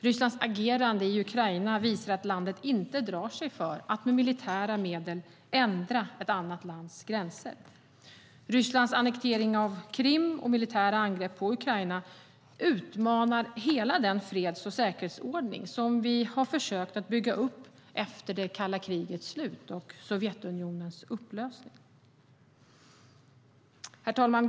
Rysslands agerande i Ukraina visar att landet inte drar sig för att med militära medel ändra ett annat lands gränser. Rysslands annektering av Krim och militära angrepp på Ukraina utmanar hela den freds och säkerhetsordning som vi har försökt att bygga upp efter det kalla krigets slut och Sovjetunionens upplösning. Herr talman!